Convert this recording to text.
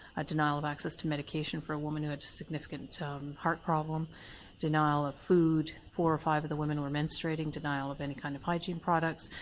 a denial of access to medication for a woman who had a significant um heart problem denial of food, four or five of the women were menstruating, denial of any kind of hygiene products,